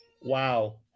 Wow